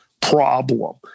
problem